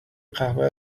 قهوه